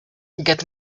get